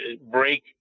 break